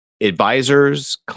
advisors